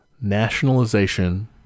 nationalization